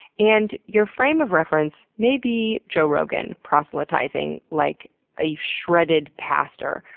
and your frame of reference may be joe rogan proselytizing like a shredded pastor.